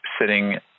sitting